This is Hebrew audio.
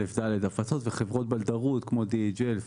א.ד הפצות וחברות בלדרות כמו DHL,